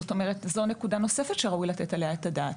זו נקודה נוספת שראוי לתת עליה את הדעת.